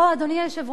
אדוני היושב-ראש,